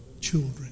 children